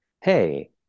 hey